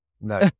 No